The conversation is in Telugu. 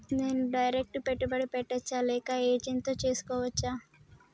నేను డైరెక్ట్ పెట్టుబడి పెట్టచ్చా లేక ఏజెంట్ తో చేస్కోవచ్చా?